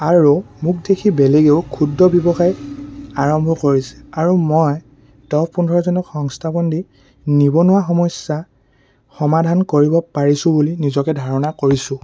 আৰু মোক দেখি বেলেগেও ক্ষুদ্ৰ ব্যৱসায় আৰম্ভ কৰিছে আৰু মই দহ পোন্ধৰজনক সংস্থাপন দি নিবনুৱা সমস্যা সমাধান কৰিব পাৰিছোঁ বুলি নিজকে ধাৰণা কৰিছোঁ